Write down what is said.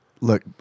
Look